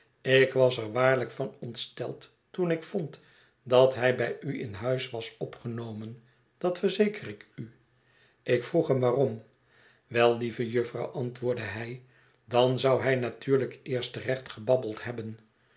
ik was er waarlijk van ontsteld toen ik vond dat hij bij u in huis was opgenomen dat verzeker ik u ik vroeg hem waarom wel lieve jufvrouw antwoordde hij dan zou hij natuurlijk eerst recht gebabbeld hebben